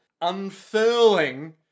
unfurling